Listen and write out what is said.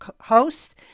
host